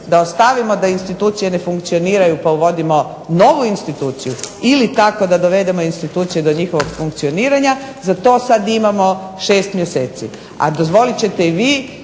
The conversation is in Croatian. da ostavimo da institucije ne funkcioniraju pa uvodimo novu instituciju ili tako da dovedemo institucije do njihovog funkcioniranja za to sad imamo šest mjeseci. A dozvolit ćete i vi